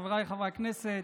חבריי חברי הכנסת,